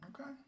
okay